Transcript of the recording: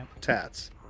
Tats